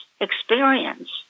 experience